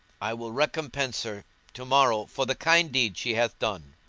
i will recompense her to morrow for the kind deed she hath done.